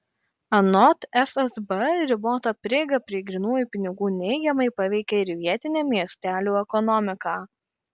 anot fsb ribota prieiga prie grynųjų pinigų neigiamai paveikia ir vietinę miestelių ekonomiką